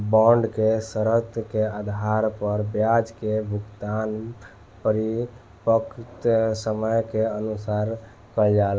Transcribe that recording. bond के शर्त के आधार पर ब्याज के भुगतान परिपक्वता समय के अनुसार कईल जाला